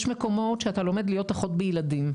יש מקומות שאתה לומד להיות אחות בילדים,